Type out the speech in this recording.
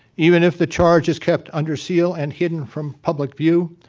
even if the charge is kept under seal and hidden from public view,